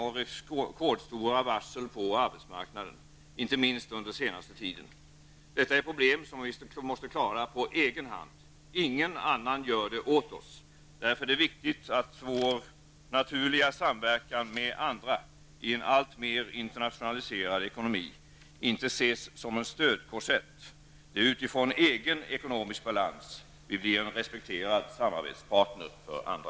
Vi har rekordstora varsel på arbetsmarknaden, inte minst under den senaste tiden. Detta är problem som vi måste klara på egen hand. Ingen annan gör det åt oss. Därför är det viktigt att vår naturliga samverkan med andra i en alltmer internationaliserad ekonomi inte ses som en stödkorsett. Det är utifrån vår egen ekonomiska balans vi blir en respekterad samarbetspartner för andra.